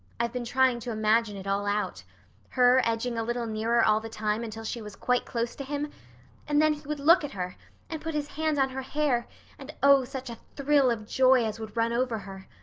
i've been trying to imagine it all out her edging a little nearer all the time until she was quite close to him and then he would look at her and put his hand on her hair and oh, such a thrill of joy as would run over her!